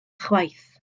chwaith